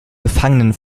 gefangenen